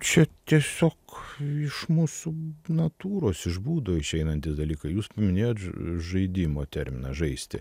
čia tiesiog iš mūsų natūros iš būdų išeinantys dalykai jūs paminėjot žžaidimo terminą žaisti